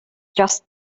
just